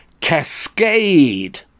cascade